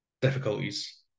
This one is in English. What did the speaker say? difficulties